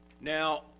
Now